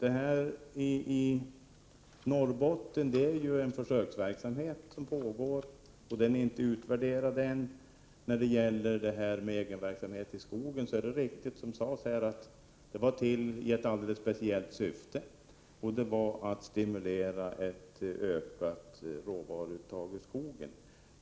I Norrbotten är det ju en försöksverksamhet som pågår, och den är inte utvärderad än. När det gäller egenverksamheten i skogen är det riktigt som sades, att förändringen kom till i ett speciellt syfte, nämligen att stimulera ett ökat råvaruuttag ur skogen.